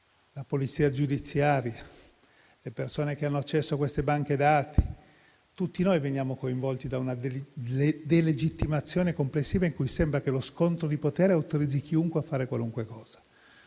la polizia giudiziaria, le persone che hanno accesso alle banche dati: tutti noi veniamo coinvolti da una delegittimazione complessiva in cui sembra che lo scontro di potere autorizzi chiunque a fare qualunque cosa.